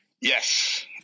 Yes